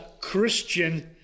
Christian